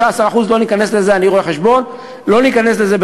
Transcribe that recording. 16%. לא ניכנס לזה,